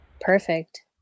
perfect